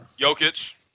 Jokic